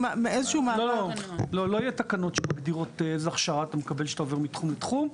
לא יהיו תקנות שמגדירות איזו הכשרה אתה מקבל כשאתה עובר מתחום לתחום.